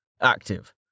Active